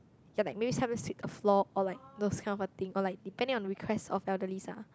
ya like maybe sometime sweep the floor or like those kind of a thing or like depending on request of elderlies ah